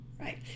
right